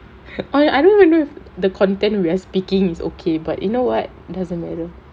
oh I don't even know if the content we are speaking is okay but you know what doesn't matter